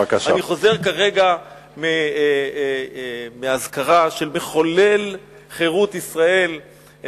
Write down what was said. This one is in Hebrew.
אני חוזר כרגע מאזכרה של מחולל חירות ישראל,